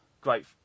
great